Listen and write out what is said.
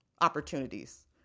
opportunities